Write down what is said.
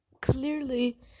clearly